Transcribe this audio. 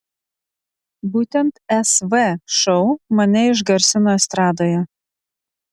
būtent sv šou mane išgarsino estradoje